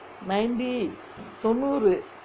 nineteen தொன்னூறு:thonnooru